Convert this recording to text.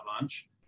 lunch